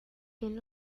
tienen